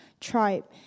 tribe